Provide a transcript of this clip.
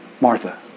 Martha